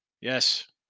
Yes